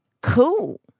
cool